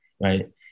right